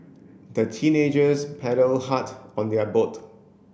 the teenagers paddled hard on their boat